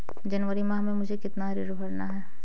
जनवरी माह में मुझे कितना ऋण भरना है?